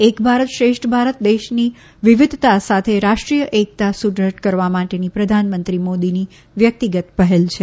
એક ભારત શ્રેષ્ઠ ભારત દેશની વિવિધતા સાથે રાષ્ટ્રીય એકતા સુદ્રઢ કરવા માટેની પ્રધાનમંત્રી મોદીની વ્યક્તિગત પહેલ છે